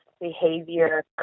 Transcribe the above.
behavior